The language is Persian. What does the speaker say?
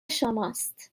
شماست